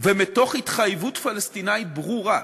תוך התחייבות פלסטינית ברורה,